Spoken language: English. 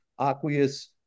aqueous